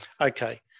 Okay